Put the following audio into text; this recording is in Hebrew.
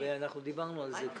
הרי אנחנו דיברנו על זה כאן.